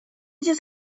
just